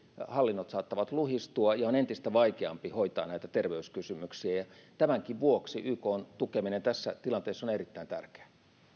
hallinnot saattavat luhistua ja on entistä vaikeampi hoitaa näitä terveyskysymyksiä tämänkin vuoksi ykn tukeminen tässä tilanteessa on erittäin tärkeää